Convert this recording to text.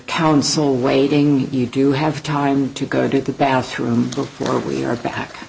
counsel waiting you do have time to go to the bathroom or we are back